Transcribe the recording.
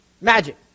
Magic